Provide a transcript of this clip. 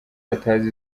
atazi